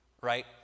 right